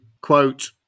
quote